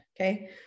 okay